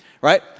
right